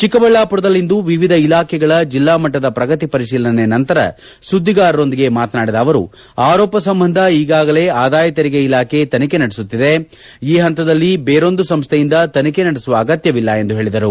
ಚಿಕ್ಕಬಳ್ಳಾಮರದಲ್ಲಿಂದು ವಿವಿಧ ಇಲಾಖೆಗಳ ಜಿಲ್ಲಾ ಮಟ್ಟದ ಪ್ರಗತಿ ಪರಿಶೀಲನೆ ನಂತರ ಸುದ್ವಿಗಾರರೊಂದಿಗೆ ಮಾತನಾಡಿದ ಅವರು ಆರೋಪ ಸಂಬಂಧ ಈಗಾಗಲೇ ಆದಾಯ ತೆರಿಗೆ ಇಲಾಖೆ ತನಿಖೆ ನಡೆಸುತ್ತಿದೆ ಈ ಪಂತದಲ್ಲಿ ಬೇರೊಂದು ಸಂಸ್ಥೆಯಿಂದ ತನಿಖೆ ನಡೆಸುವ ಅಗತ್ತವಿಲ್ಲ ಎಂದು ಪೇಳಿದರು